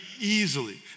easily